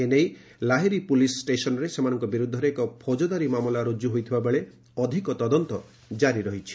ଏନେଇ ଲାହେରୀ ପୁଲିସ୍ ଷ୍ଟେସନରେ ସେମାନଙ୍କ ବିରୁଦ୍ଧରେ ଏକ ଫୌଜଦାରୀ ମାମଲା ରୁଜୁ ହୋଇଥିବା ବେଳେ ଅଧିକ ତଦନ୍ତ ଜାରି ରହିଛି